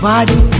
Body